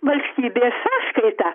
valstybės sąskaita